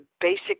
basic